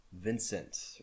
Vincent